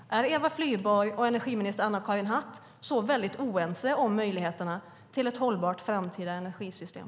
Är Eva Flyborg och energiminister Anna-Karin Hatt så oense om möjligheterna till ett hållbart framtida energisystem?